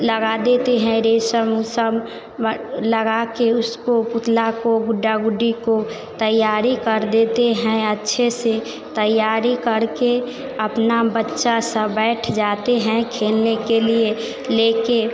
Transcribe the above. लगा देते हैं रेशम उशम म लगाकर उसको पुतले को गुड्डा गुड्डी को तैयारी कर देते हैं अच्छे से तैयारी करके अपना बच्चा सब बैठ जाते हैं खेलने के लिए लेकर